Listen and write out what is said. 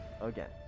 again